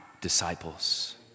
disciples